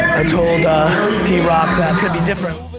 told drock that it's gonna be different.